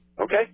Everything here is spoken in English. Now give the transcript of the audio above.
Okay